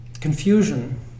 confusion